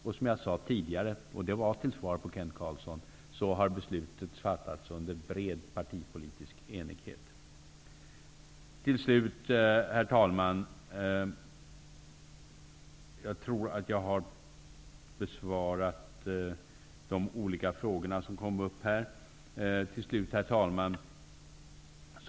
Beslutet har fattats under bred partipolitisk enighet. Herr talman!